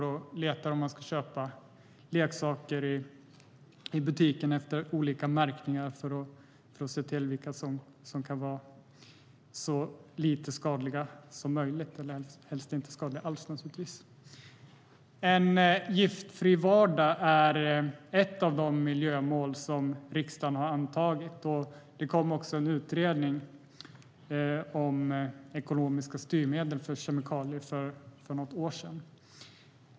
Om man ska köpa leksaker i en butik går man och letar efter olika märkningar för att se vilka leksaker som är så lite skadliga som möjligt, eller naturligtvis helst inte skadliga alls. Riksdagen har antagit ett miljömål för en giftfri vardag. Det kom också en utredning om ekonomiska styrmedel för kemikalier för något år sedan.